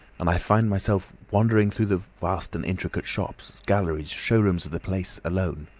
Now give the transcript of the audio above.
and i found myself wandering through the vast and intricate shops, galleries, show-rooms of the place, alone.